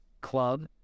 club